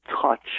touch